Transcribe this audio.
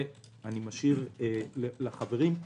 אני משאיר את זה לחברים.